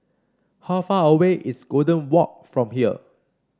how far away is Golden Walk from here